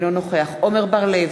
אינו נוכח עמר בר-לב,